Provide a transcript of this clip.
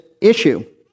issue